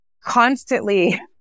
constantly